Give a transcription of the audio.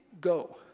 go